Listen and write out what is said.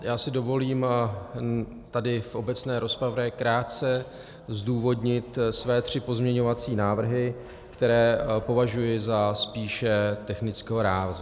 Já si dovolím tady v obecné rozpravě krátce zdůvodnit své tři pozměňovací návrhy, které považuji za spíše technického rázu.